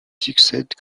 succède